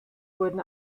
wurden